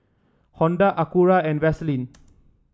Honda Acura and Vaseline